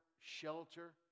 shelter